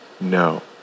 no